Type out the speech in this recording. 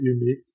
unique